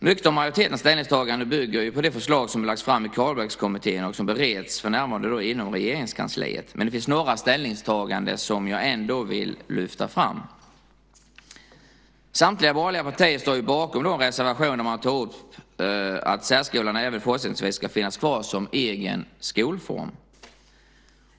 Mycket av majoritetens ställningstaganden bygger på det förslag som har lagts fram i Carlbeckkommittén och som för närvarande bereds inom Regeringskansliet. Men det finns några ställningstaganden som jag ändå vill lyfta fram. Samtliga borgerliga partier står bakom de reservationer som man tog upp om att särskolan även fortsättningsvis ska finnas kvar som egen skolform.